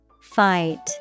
Fight